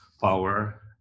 power